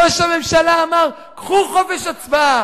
ראש הממשלה אמר: קחו חופש הצבעה,